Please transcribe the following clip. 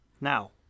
Now